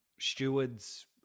stewards